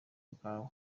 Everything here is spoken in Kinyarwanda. bwawe